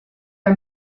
are